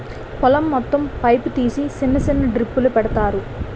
పొలం మొత్తం పైపు తీసి సిన్న సిన్న డ్రిప్పులు పెడతారు